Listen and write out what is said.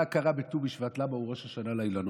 מה קרה בט"ו בשבט, למה הוא ראש השנה לאילנות?